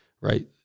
right